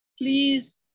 Please